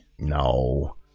No